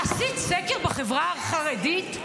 עשית סקר בחברה החרדית?